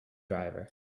driver